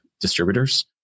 distributors